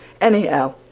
Anyhow